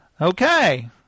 Okay